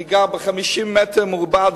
אני גר ב-57 מטר רבוע.